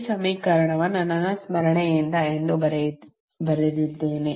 ಈ ಸಮೀಕರಣವನ್ನು ನನ್ನ ಸ್ಮರಣೆಯಿಂದ ಎಂದು ಬರೆದಿದ್ದೇನೆ